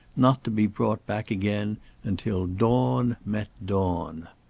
not to be brought back again until dawn met dawn.